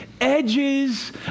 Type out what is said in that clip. edges